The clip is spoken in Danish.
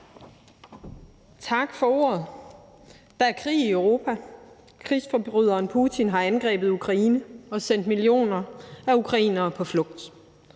Tak for ordet. Der er krig i Europa. Krigsforbryderen Putin har angrebet Ukraine og sendt millioner af ukrainere på flugt.